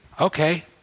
Okay